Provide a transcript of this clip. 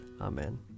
Amen